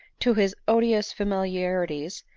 to his odious familiarities,